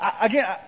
again